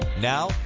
Now